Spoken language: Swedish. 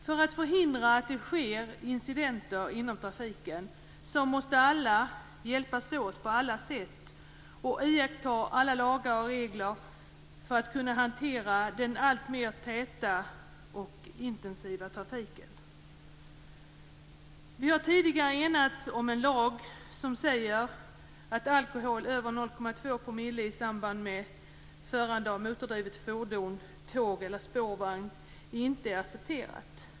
För att förhindra att det sker incidenter inom trafiken måste alla hjälpas åt på alla sätt och iaktta alla lagar och regler för att kunna hantera den alltmer täta och intensiva trafiken. Vi har tidigare enats om en lag som säger att alkohol över 0,2 promille i samband med framförande av motordrivet fordon, tåg eller spårvagn inte är accepterat.